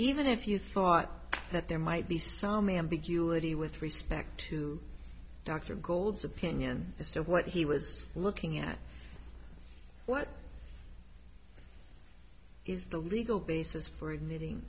even if you thought that there might be some ambiguity with respect to dr gold's opinion as to what he was looking at what is the legal basis for admitting